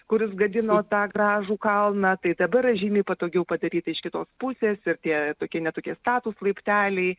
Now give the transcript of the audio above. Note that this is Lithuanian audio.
kuris gadino tą gražų kalną tai dabar žymiai patogiau padaryta iš kitos pusės ir tie tokie ne tokie statūs laipteliai